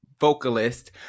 vocalist